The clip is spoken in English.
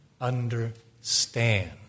understand